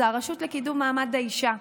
זה הרשות לקידום מעמד האישה.